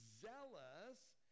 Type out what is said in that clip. zealous